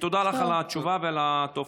תודה לך על התשובה ועל הטופס.